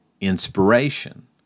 inspiration